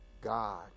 God